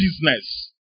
business